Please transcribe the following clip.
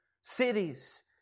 cities